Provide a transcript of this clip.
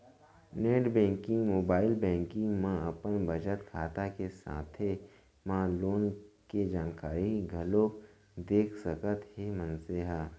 net banking, mobile banking म अपन बचत खाता के साथे म लोन के जानकारी घलोक देख सकत हे मनसे ह